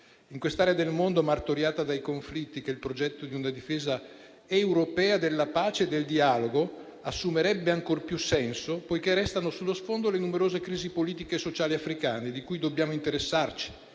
In quest'area del mondo martoriata dai conflitti, il progetto di una difesa europea della pace e del dialogo assumerebbe ancor più senso, poiché restano sullo sfondo le numerose crisi politiche sociali africane, di cui dobbiamo interessarci,